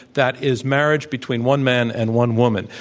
that is marriage between one man and one woman.